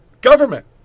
government